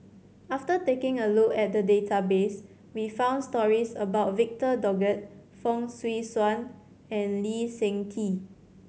after taking a look at the database we found stories about Victor Doggett Fong Swee Suan and Lee Seng Tee